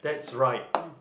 okay mm